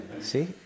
See